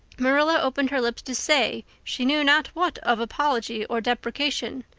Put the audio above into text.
marilla opened her lips to say she knew not what of apology or deprecation.